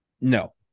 No